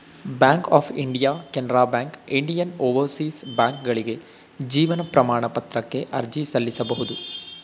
bank of India Canara Bank Indian Overseas ಬ್ಯಾಂಕ್ಕ್ಗಳಿಗೆ ಜೀವನ ಪ್ರಮಾಣ ಪತ್ರಕ್ಕೆ ಅರ್ಜಿ ಸಲ್ಲಿಸಬಹುದು